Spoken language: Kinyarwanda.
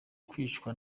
kwicwa